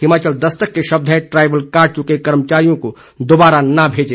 हिमाचल दस्तक के शब्द हैं ट्राइबल काट चुके कर्मचारी को दोबारा न भेजे